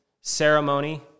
ceremony